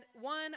one